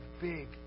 big